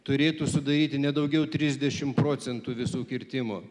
turėtų sudaryti ne daugiau trisdešim procentų visų kirtimų